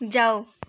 जाऊ